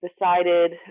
decided